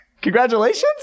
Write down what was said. congratulations